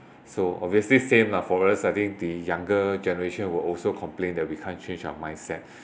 so obviously same lah for us I think the younger generation will also complain that we can't change our mindset